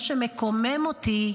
מה שמקומם אותי,